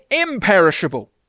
imperishable